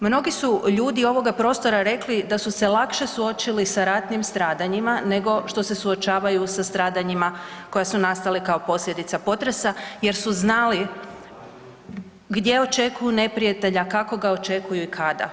Mnogi su ljudi ovoga prostora rekli da su se lakše suočili sa ratnim stradanjima nego što se suočavaju sa stradanjima koja su nastale kao posljedica potresa jer su znali gdje očekuju neprijatelja, kako ga očekuju i kada.